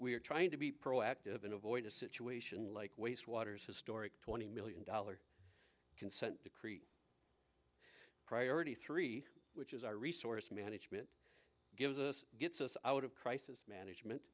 are trying to be proactive and avoid a situation like waste waters historic twenty million dollars consent decree priority three which is our resource management gives us gets us out of crisis management